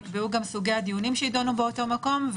נקבעו גם סוגי הדיונים שיידונו באותו מקום,